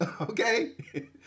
Okay